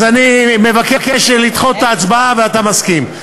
אז אני מבקש לדחות את ההצבעה, ואתה מסכים.